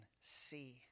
see